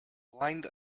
blind